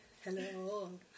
Hello